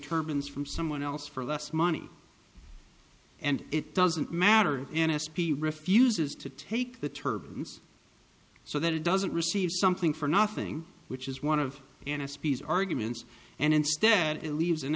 turbans from someone else for less money and it doesn't matter an s p refuses to take the turbines so that it doesn't receive something for nothing which is one of an s p s arguments and instead it leaves